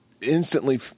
Instantly